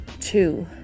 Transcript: two